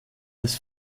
des